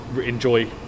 enjoy